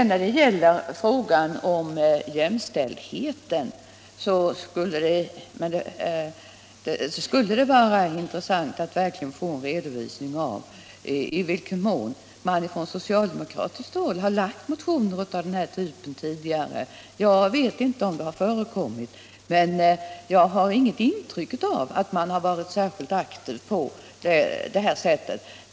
När det gäller frågan om jämställdheten skulle det vara väldigt intressant att verkligen få en redovisning av i vilken mån man från socialdemokratiskt håll har väckt motioner av den här typen tidigare. Jag vet inte om det har förekommit, men jag har inget intryck av att man varit särskilt aktiv i detta avseende.